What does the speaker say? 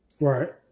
Right